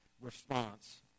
response